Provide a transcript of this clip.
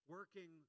working